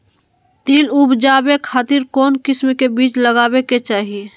तिल उबजाबे खातिर कौन किस्म के बीज लगावे के चाही?